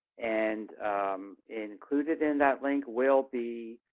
and included in that link will be